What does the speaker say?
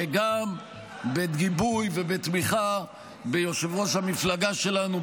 וגם בגיבוי ובתמיכה ביושב-ראש המפלגה שלנו,